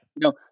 No